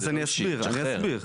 אז אני אסביר, אני אסביר.